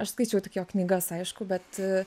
aš skaičiau tik jo knygas aišku bet